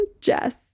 Jess